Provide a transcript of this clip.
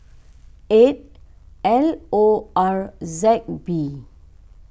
eight L O R Z B